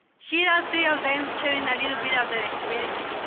here are three of them sharing a little bit of their experience.